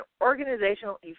organizational